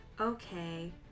Okay